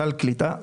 סל קליטה,